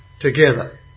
together